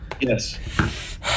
yes